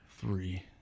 Three